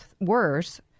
worse